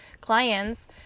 clients